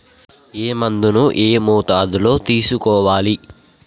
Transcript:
ఏ మందును ఏ మోతాదులో తీసుకోవాలి?